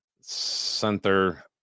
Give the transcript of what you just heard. center